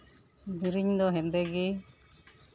ᱫᱮᱨᱮᱧ ᱫᱚ ᱦᱮᱸᱫᱮ ᱜᱮ